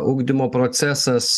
ugdymo procesas